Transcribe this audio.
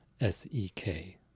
S-E-K